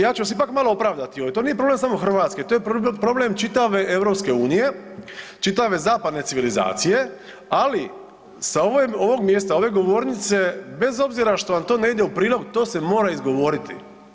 Ja ću vas ipak malo opravdati ovdje, to nije problem samo Hrvatske to je problem čitave EU, čitave zapadne civilizacije, ali sa ovog mjesta ove govornice bez obzira što vam to ne ide u prilog to se mora izgovoriti.